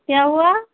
क्या हुआ